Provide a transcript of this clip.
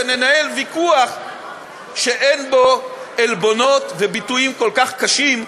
וננהל ויכוח שאין בו עלבונות וביטויים כל כך קשים,